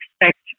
expect